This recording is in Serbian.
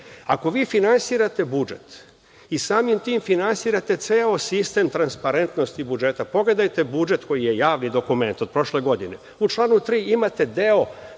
ako vi finansirate budžet i samim tim finansirate ceo sistem transparentnosti budžeta, pogledajte budžet koji je javni dokument, od prošle godine. U članu 3. imate deo